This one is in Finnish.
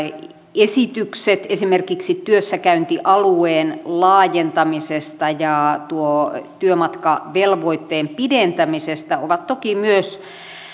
esitykset esimerkiksi työssäkäyntialueen laajentamisesta ja tuon työmatkavelvoitteen pidentämisestä ovat toki myös